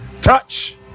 touch